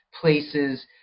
places